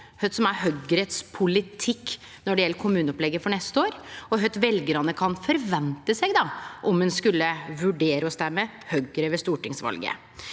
kva som er Høgres politikk når det gjeld kommuneopplegget for neste år, og kva veljarane kan forvente seg om ein skulle vurdere å stemme Høgre ved stortingsvalet.